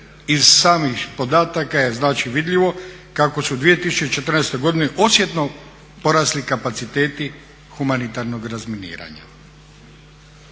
Iz samih podataka je znači vidljivo kako su u 2014. godini osjetno porasli kapaciteti humanitarnog razminiranja.